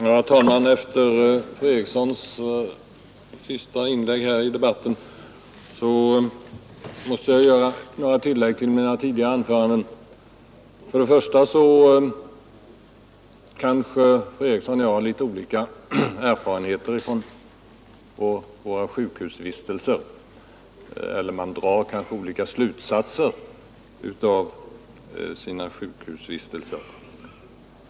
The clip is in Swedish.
Herr talman! Efter fru Erikssons senaste inlägg i debatten måste jag göra några tillägg till mina tidigare anföranden. Till att börja med har kanske fru Eriksson och jag litet olika erfarenheter från våra sjukhusvistelser, eller vi kanske drar olika slutsatser av dem.